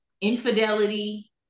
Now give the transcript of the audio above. infidelity